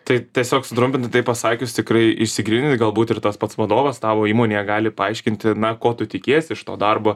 tai tiesiog sutrumpintai taip pasakius tikrai išsigrynina galbūt ir tas pats vadovas tavo įmonėje gali paaiškinti na ko tu tikiesi iš to darbo